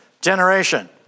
generation